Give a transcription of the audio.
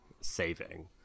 saving